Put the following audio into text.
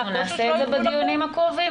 --- אנחנו נעשה את זה בדיונים הקרובים,